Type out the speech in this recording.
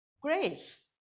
grace